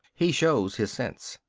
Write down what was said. he shows his sense.